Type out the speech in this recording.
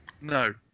No